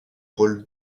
rôles